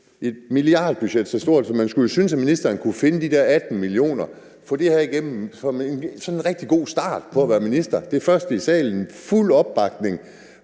et milliardbudget så stort. Man skulle synes, at ministeren kunne finde de der 18 mio. kr. og få det her igennem som en rigtig god start på at være minister med fuld opbakning